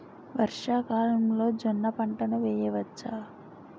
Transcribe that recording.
వర్షాకాలంలో జోన్న పంటను వేయవచ్చా?